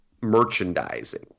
merchandising